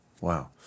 Wow